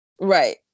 Right